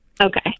Okay